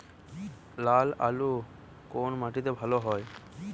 লাল আলু কোন মাটিতে ভালো হয়?